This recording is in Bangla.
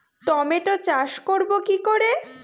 টমেটো চাষ করব কি করে?